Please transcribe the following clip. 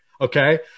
Okay